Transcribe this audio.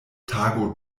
tago